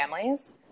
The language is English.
families